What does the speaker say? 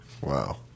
Wow